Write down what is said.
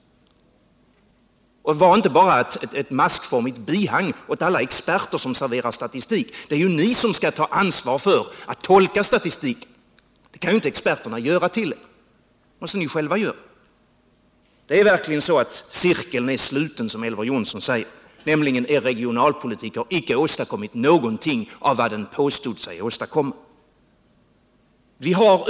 Var inte bara ett maskformigt bihang till alla experter som serverar statistik. Det är ju ni som skall ta ansvar för tolkningen av statistiken. Det kan inte experterna göra åt Cirkeln är verkligen sluten, som Elver Jonsson säger. Er regionalpolitik har inte åstadkommit någonting av vad den påstår sig åstadkomma.